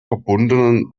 verbundenen